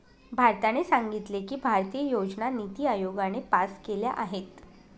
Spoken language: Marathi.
भारताने सांगितले की, भारतीय योजना निती आयोगाने पास केल्या आहेत